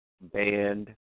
Band